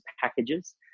packages